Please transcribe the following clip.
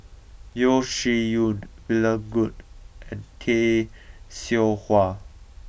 Yeo Shih Yun William Goode and Tay Seow Huah